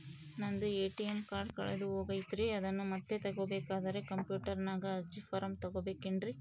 ನಂದು ATM card ಕಳೆದು ಹೋಗೈತ್ರಿ ಅದನ್ನು ಮತ್ತೆ ತಗೋಬೇಕಾದರೆ ಕಂಪ್ಯೂಟರ್ ನಾಗ ಅರ್ಜಿ ಫಾರಂ ತುಂಬಬೇಕನ್ರಿ?